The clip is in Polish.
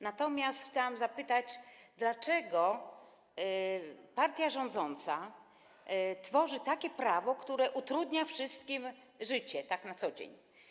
Natomiast chciałam zapytać, dlaczego partia rządząca tworzy takie prawo, które utrudnia życie wszystkim tak na co dzień.